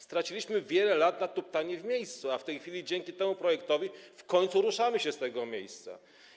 Straciliśmy wiele lat na tuptanie w miejscu, a w tej chwili dzięki temu projektowi w końcu ruszamy się z tego miejsca.